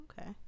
okay